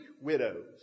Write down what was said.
widows